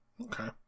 Okay